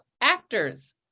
actors